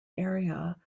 area